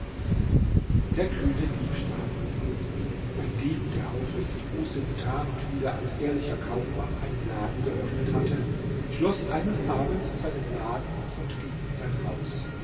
der kühne diebstahl ein dieb der aufrichtig buße getan und wieder als ehrlicher kaufmann einen laden geöffnet hatte schloß eines abends seinen laden und ging in sein haus